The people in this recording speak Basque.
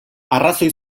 arrazoi